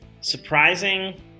surprising